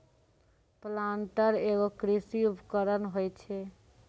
planter एगो कृषि उपकरण होय छै